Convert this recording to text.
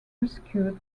rescued